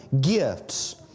gifts